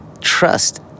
trust